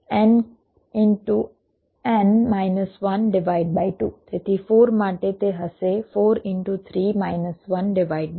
તેથી 4 માટે તે હશે અથવા 6 ત્યાં 6 એડ્જ છે